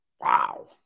Wow